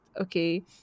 okay